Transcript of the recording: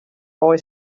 boy